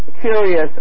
curious